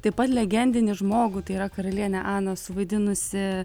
taip pat legendinį žmogų tai yra karalienę aną suvaidinusi